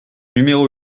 numéro